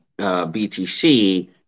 BTC